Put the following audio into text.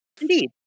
indeed